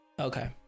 Okay